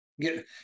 get